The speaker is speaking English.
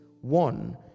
One